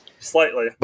Slightly